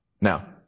Now